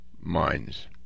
minds